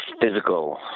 physical